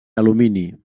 alumini